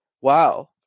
wow